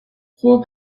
خوب